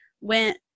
went –